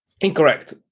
Incorrect